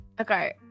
Okay